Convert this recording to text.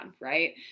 right